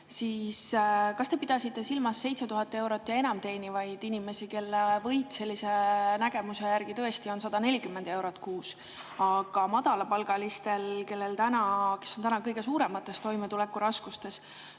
Kas te pidasite silmas 7000 eurot ja enam teenivaid inimesi, kelle võit sellise nägemuse järgi tõesti on 140 eurot kuus? Madalapalgalistele, kes on kõige suuremates toimetulekuraskustes,